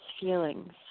feelings